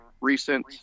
recent